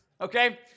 Okay